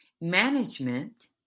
Management